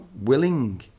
willing